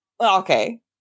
Okay